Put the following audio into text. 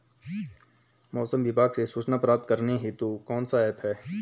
मौसम विभाग से सूचना प्राप्त करने हेतु कौन सा ऐप है?